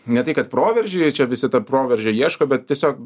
ne tai kad proveržį čia visi to proveržio ieško bet tiesiog